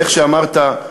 ואיך שאמרת,